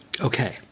Okay